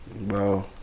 Bro